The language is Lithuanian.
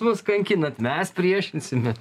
mus kankinat mes priešinsimė